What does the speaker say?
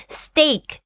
steak